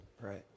right